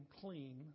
clean